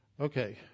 Okay